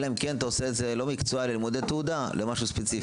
אלא אם כן אתה עושה את זה לא כמקצוע לימודי תעודה אלא משהו ספציפי.